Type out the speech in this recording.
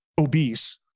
obese